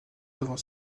devant